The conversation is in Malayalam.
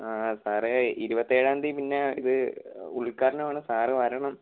ആ സാറെ ഇരുവത്തേഴാം തീയതി പിന്നെ ഇത് ഉദ്ഘാടനമാണ് സാറ് വരണം